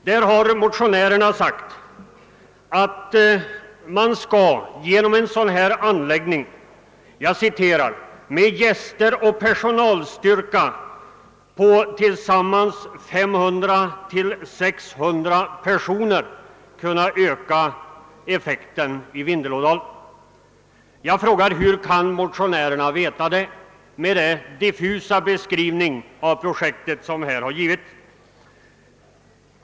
Där har motionärerna skrivit att man genom den föreslagna anläggningen skulle få en sysselsättningseffekt med gäster och personal på tillsammans 500—600 personer. Jag frågar: Hur kan motionärerna veta det, med den diffusa beskrivning av projektet som gjorts?